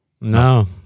No